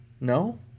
No